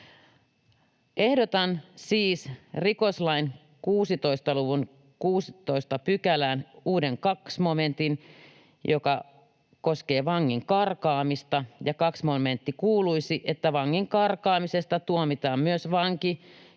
Ehdotan siis rikoslain 16 luvun 16 pykälään uuden 2 momentin, joka koskee vangin karkaamista, ja 2 momentti kuuluisi, että ”vangin karkaamisesta tuomitaan myös vanki,